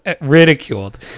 ridiculed